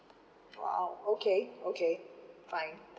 !wow! okay okay fine